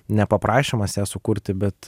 ne paprašymas ją sukurti bet